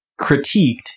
critiqued